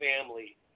family